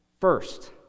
First